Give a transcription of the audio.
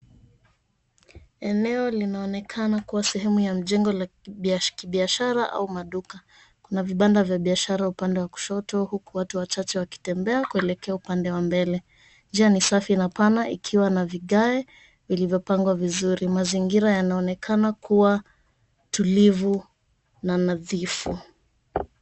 Eneo linaonekana kuwa sehemu ya jengo la kibiashara au maduka. Kuna vibanda vya biashara upande wa kushoto, huku watu wachache wakitembea kuelekea upande wa mbele. Njia ni safi na pana ikiwa na vigae vilivyopangwa vizuri na mazingira yanaonekana kuwa tulivu na nadhifu.